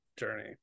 journey